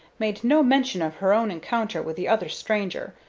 made no mention of her own encounter with the other stranger,